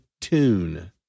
tune